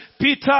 Peter